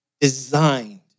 designed